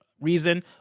reason